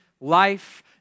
life